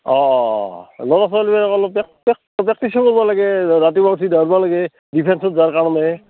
অঁ ল'ৰা ছোৱালীে প্ৰেক্টিছো কৰিব লাগে ৰাতিপুৱা উঠি দাউৰবা লাগে ডিফেঞ্চত যাৰ কাৰণে